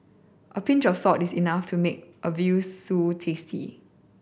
a pinch of salt is enough to make a veal stew tasty